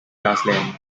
grassland